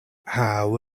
how